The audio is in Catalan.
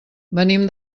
venim